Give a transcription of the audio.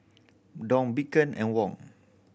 Dong Bitcoin and Won